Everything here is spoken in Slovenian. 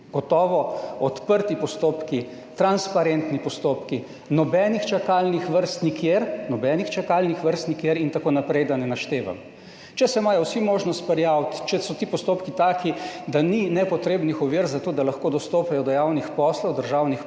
Gotovo odprti postopki, transparentni postopki, nobenih čakalnih vrst nikjer, nobenih čakalnih vrst nikjer in tako naprej, da ne naštevam. Če se imajo vsi možnost prijaviti, če so ti postopki taki, da ni nepotrebnih ovir za to, da lahko dostopajo do javnih poslov, državnih poslov,